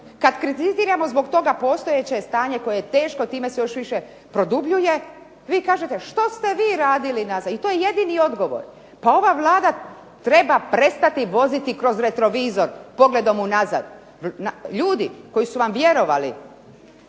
kada kritiziramo zbog toga postojeće je stanje koje je teško time se još više produbljuje. Vi kažete, što ste vi radili ... i to je jedini odgovor. Pa ova Vlada treba voziti kroz retrovizor, pogledom u nazad. Ljudi koji su vam vjerovali